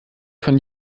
von